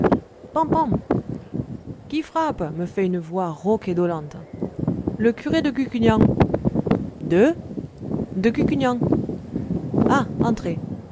qui frappe me fait une voix rauque et dolente le curé de cucugnan de